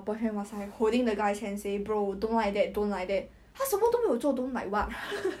it's just like the guy didn't even do anything to her it's just legit just sit beside cause I think they are in the same like